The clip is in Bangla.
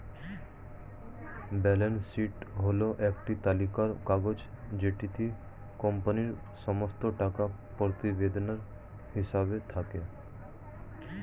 ব্যালান্স শীট হল একটি তালিকার কাগজ যেটিতে কোম্পানির সমস্ত টাকা প্রতিবেদনের হিসেব থাকে